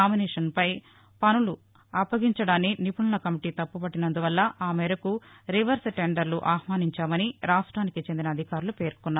నామినేషన్పై పనులు అప్పగించడాన్ని నిపుణుల కమిటీ తప్పుపట్టినందువల్ల ఆ మేరకు రివర్స్ టెండర్లు ఆహ్వానించామని రాష్టానికి చెందిన అధికారులు పేర్కొన్నారు